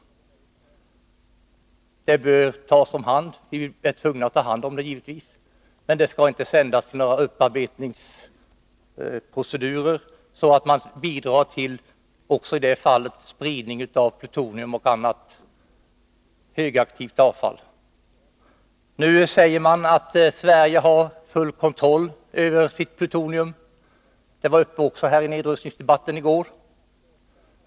Avfallet bör tas om hand -— vi är givetvis tvungna att göra det — men det skall inte sändas till några upparbetningsprocedurer, då man också i det fallet skulle bidra till spridning av plutonium och annat högaktivt avfall. Nu säger man att Sverige har full kontroll över sitt plutonium. Det togs också upp i nedrustningsdebatten i går.